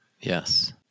Yes